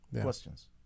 questions